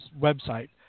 website